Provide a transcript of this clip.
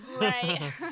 right